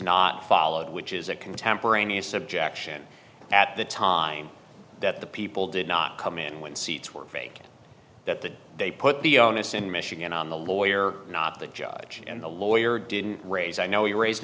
not followed which is a contemporaneous objection at the time that the people did not come in when seats were fake that the they put the onus in michigan on the lawyer not the judge and the lawyer didn't raise i know you raised